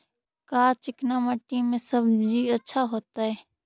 का चिकना मट्टी में सब्जी अच्छा होतै?